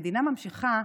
המדינה ממשיכה,